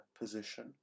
position